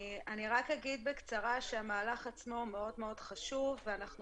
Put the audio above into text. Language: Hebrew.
אני רק אומר בקצרה שהמהלך עצמו מאוד מאוד חשוב ואנחנו